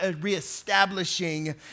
reestablishing